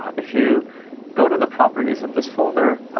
if you go to the properties of this folder,